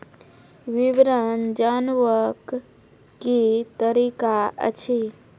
विवरण जानवाक की तरीका अछि?